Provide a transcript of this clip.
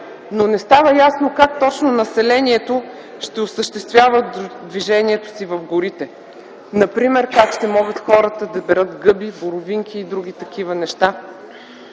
Не става ясно как точно населението ще осъществява движението си в горите, например как хората ще могат да берат гъби, боровинки и други такива неща.